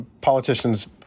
politicians